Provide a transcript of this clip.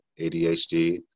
ADHD